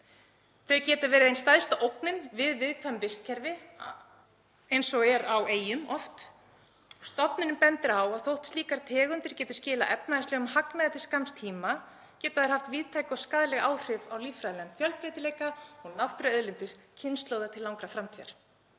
Þær geta verið ein stærsta ógnin við viðkvæm vistkerfi, eins og eru oft á eyjum. Stofnunin bendir á að þótt slíkar tegundir geti skilað efnahagslegum hagnaði til skamms tíma geti þær haft víðtæk og skaðleg áhrif á líffræðilegan fjölbreytileika og náttúruauðlindir kynslóða til langrar framtíðar.